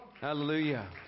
Hallelujah